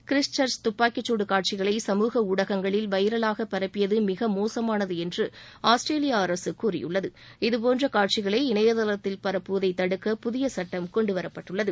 Christ search துப்பாக்கிச்சூடு காட்சிகளை சமூக ஊடகங்களில் வைரலாக பரப்பியது மிக மோசமானது என்று ஆஸ்திரேலியா அரசு கூறியுள்ளது இதுபோன்ற காட்சிகளை இணையதளத்தில் பரப்புவதை தடுக்க புதிய சுட்டம் கொண்டுவரப்பட்டுள்ளது